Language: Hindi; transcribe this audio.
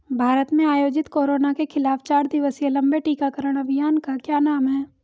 भारत में आयोजित कोरोना के खिलाफ चार दिवसीय लंबे टीकाकरण अभियान का क्या नाम है?